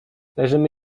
leżymy